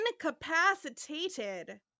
incapacitated